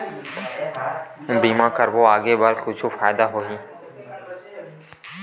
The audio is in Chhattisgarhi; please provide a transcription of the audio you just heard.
बीमा करबो आगे बर कुछु फ़ायदा होही?